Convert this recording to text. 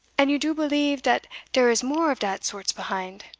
and you do believe dat dere is more of dat sorts behind?